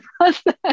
process